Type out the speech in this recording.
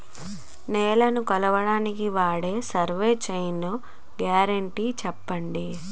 నేలనీ కొలవడానికి వేరైన సర్వే చైన్లు గ్యారంటీ చెప్పండి?